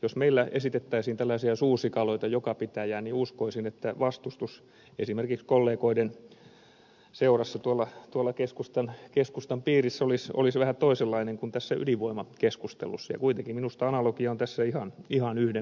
jos meillä esitettäisiin tällaisia suursikaloita joka pitäjään niin uskoisin että vastustus esimerkiksi kollegoiden seurassa tuolla keskustan piirissä olisi vähän toisenlainen kuin tässä ydinvoimakeskustelussa ja kuitenkin minusta analogia on tässä ihan yhdenmukainen